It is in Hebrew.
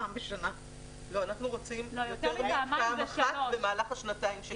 יותר מפעם אחת בשנתיים.